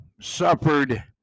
suffered